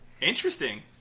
Interesting